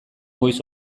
goiz